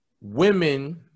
women